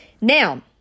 Now